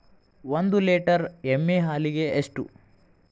ಒಂದು ಲೇಟರ್ ಎಮ್ಮಿ ಹಾಲಿಗೆ ಎಷ್ಟು?